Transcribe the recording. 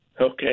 Okay